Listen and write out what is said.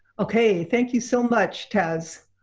okay, thank you so much taz,